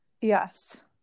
Yes